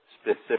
specific